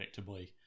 predictably